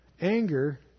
anger